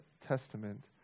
Testament